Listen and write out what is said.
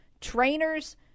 Trainers